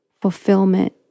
fulfillment